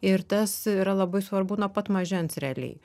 ir tas yra labai svarbu nuo pat mažens realiai